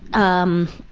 um,